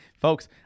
folks